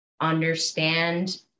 understand